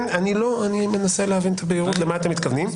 אני רק מנסה להבין למה אתם מתכוונים.